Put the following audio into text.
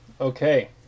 Okay